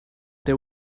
they